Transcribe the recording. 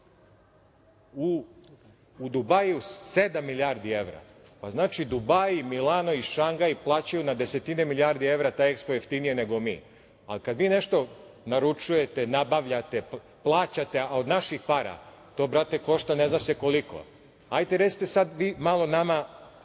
u Dubaiu 7 milijardi evra. Znači Dubai, Milano i Šangaj plaćaju na deseti milijardi evra taj EKSPO jeftinije nego mi, ali kada vi nešto naručujete, nabavljate, plaćate od naših para, to košta ne zna se koliko. Recite sada vi malo nama,